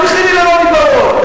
אל תלכי לי לרוני בר-און.